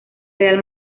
real